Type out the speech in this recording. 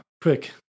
quick